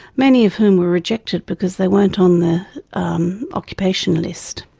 many of whom were rejected because they weren't on the um occupation list,